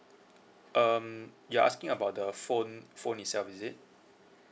um you are asking about the phone phone itself is it